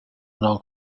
non